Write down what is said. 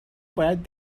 باید